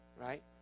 Right